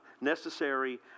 necessary